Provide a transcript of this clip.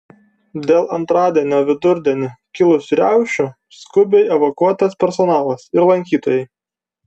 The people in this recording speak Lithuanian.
dėl antradienio vidurdienį kilusių riaušių skubiai evakuotas personalas ir lankytojai